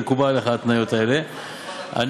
וההתניות האלה מקובלות עליך,